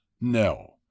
No